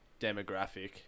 demographic